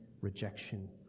rejection